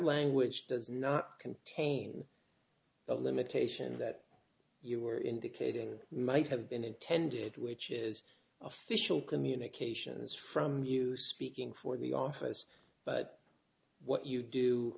language does not contain a limitation that you were indicating might have been intended which is official communications from you speaking for the office but what you do